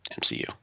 MCU